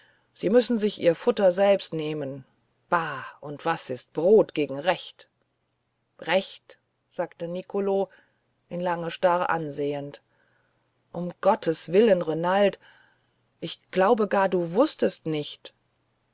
sie müssen sich ihr futter selber nehmen bah und was ist brot gegen recht recht sagte nicolo ihn lange starr ansehend um gottes willen renald ich glaube gar du wußtest nicht